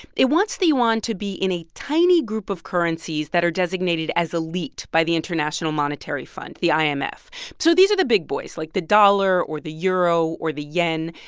it wants the yuan to be in a tiny group of currencies that are designated as elite by the international monetary fund, the um imf. so these are the big boys, like the dollar or the euro or the yen.